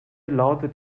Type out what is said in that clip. lautet